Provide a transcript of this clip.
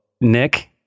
Nick